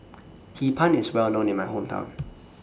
Hee Pan IS Well known in My Hometown